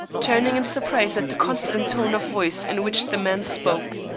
turning in surprise at the confident tone of voice in which the man spoke.